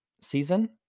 season